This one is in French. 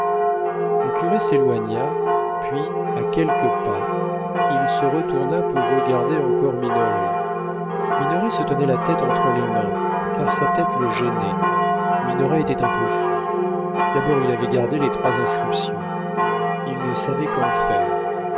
le curé s'éloigna puis à quelques pas il se retourna pour regarder encore minoret minoret se tenait la tête entre les mains car sa tête le gênait minoret était un peu fou d'abord il avait gardé les trois inscriptions il ne savait qu'en faire